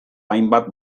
hainbat